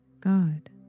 God